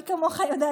מי כמוך יודע,